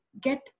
get